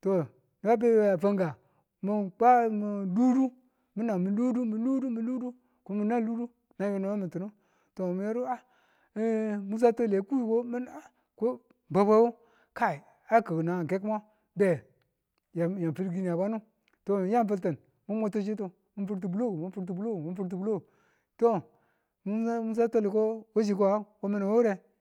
to niba be yoyi a fanka min kwa minludu ludu konan ludu ko min nema muttinu mi a n musa toli kui a bwebwemu awu nangan kekimeng be ya fil gini bwanu yami fuitin mu mutti chitu mi firtu bloku mi firtu bloku mi firtu bloku to musa toli ko wachi muni weu wure?